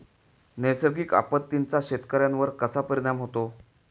नैसर्गिक आपत्तींचा शेतकऱ्यांवर कसा परिणाम होतो?